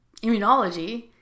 immunology